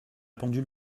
pendule